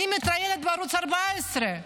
אני מתראיינת בערוץ 14,